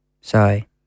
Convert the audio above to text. Sorry